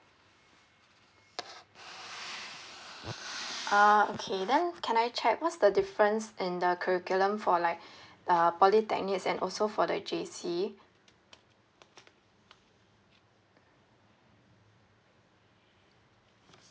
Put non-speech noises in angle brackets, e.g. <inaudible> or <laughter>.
ah okay then can I check what's the difference in the curriculum for like <breath> uh polytechnics and also for the J_C